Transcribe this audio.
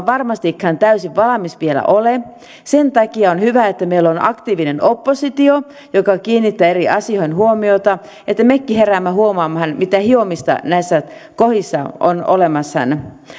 varmastikaan täysin valmis vielä ole ja sen takia on hyvä että meillä on aktiivinen oppositio joka kiinnittää eri asioihin huomiota että mekin heräämme huomaamaan mitä hiomista näissä kohdissa on olemassa